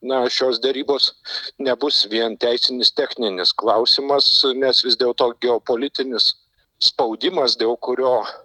na šios derybos nebus vien teisinis techninis klausimas nes vis dėl to geopolitinis spaudimas dėl kurio